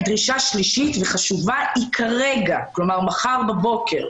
דרישה שלישית וחשובה מחר בבוקר,